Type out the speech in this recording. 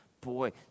Boy